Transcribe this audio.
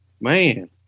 man